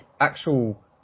actual